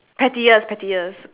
pettiest pettiest